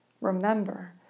Remember